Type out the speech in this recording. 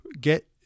get